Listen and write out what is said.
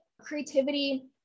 creativity